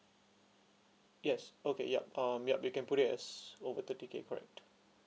yes okay yup um yup you can put it as over thirty K correct